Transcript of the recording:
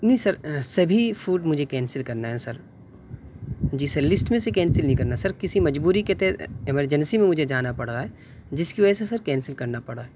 نہیں سر سبھی فوڈ مجھے کینسل کرنا ہے سر جی سر لسٹ میں سے کینسل نہیں کرنا سر کسی مجبوری کے تحت ایمرجنسی میں مجھے جانا پڑ رہا ہے جس کی وجہ سے سر کینسل کرنا پڑا